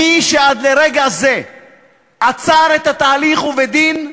מי שעד לרגע זה עצרו את התהליך, ובדין,